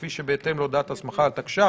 כפי שבהתאם להודעת הסמכת תקש"ח.